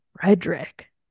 Frederick